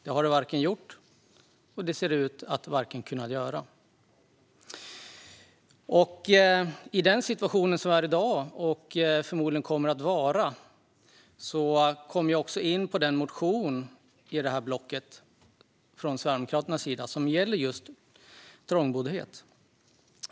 Det har man varken gjort hittills eller ser ut att kunna göra framöver. Med anledning av dagens situation, som förmodligen kommer att fortsätta, kommer jag in på den motion i det här blocket från Sverigedemokraternas sida som gäller trångboddhet.